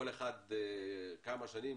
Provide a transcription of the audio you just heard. כל אחד כמה שנים,